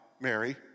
Mary